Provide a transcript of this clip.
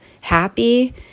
happy